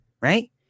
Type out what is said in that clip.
Right